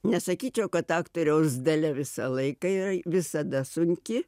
nesakyčiau kad aktoriaus dalia visą laiką yra visada sunki